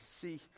See